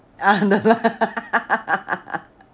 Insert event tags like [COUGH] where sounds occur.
ah no lah [LAUGHS]